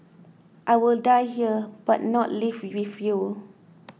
I will die here but not leave with you